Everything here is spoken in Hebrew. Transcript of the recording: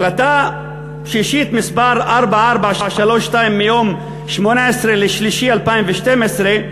החלטה שישית, מס' 4432, מיום 18 במרס 2012,